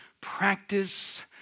Practice